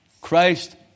Christ